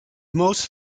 most